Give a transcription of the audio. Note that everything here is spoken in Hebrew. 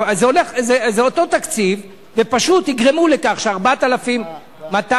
זה אותו תקציב ופשוט יגרמו לכך ש-4,279,